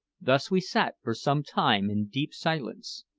thus we sat for some time in deep silence.